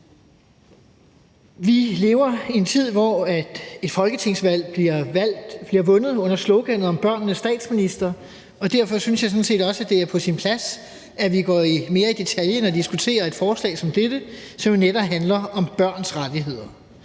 Vi lever i en tid, hvor et folketingsvalg bliver vundet under sloganet om børnenes statsminister, og derfor synes jeg sådan set også, det er på sin plads, at vi går mere i detaljen og diskuterer et forslag som dette, som jo netop handler om børns rettigheder.